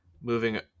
moving